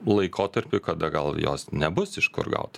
laikotarpiui kada gal jos nebus iš kur gaut